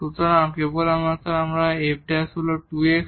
সুতরাং কেবল এখান থেকে f হল 2 x